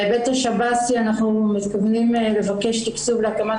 בהיבט השב"סי אנחנו מתכוונים לבקש תקצוב להקמת